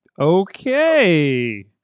Okay